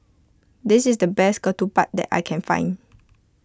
this is the best Ketupat that I can find